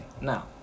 now